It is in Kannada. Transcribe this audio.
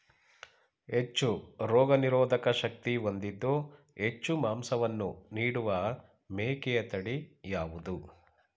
ಹೆಚ್ಚು ರೋಗನಿರೋಧಕ ಶಕ್ತಿ ಹೊಂದಿದ್ದು ಹೆಚ್ಚು ಮಾಂಸವನ್ನು ನೀಡುವ ಮೇಕೆಯ ತಳಿ ಯಾವುದು?